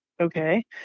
okay